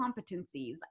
competencies